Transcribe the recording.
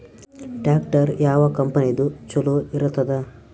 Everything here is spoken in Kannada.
ಟ್ಟ್ರ್ಯಾಕ್ಟರ್ ಯಾವ ಕಂಪನಿದು ಚಲೋ ಇರತದ?